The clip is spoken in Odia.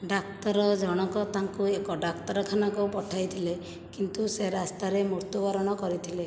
ଡାକ୍ତର ଜଣକ ତାଙ୍କୁ ଏକ ଡାକ୍ତରଖାନାକୁ ପଠାଇଥିଲେ କିନ୍ତୁ ସେ ରାସ୍ତାରେ ମୃତ୍ୟୁବରଣ କରିଥିଲେ